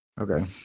Okay